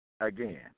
again